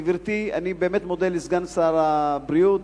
גברתי, אני באמת מודה לסגן שר הבריאות.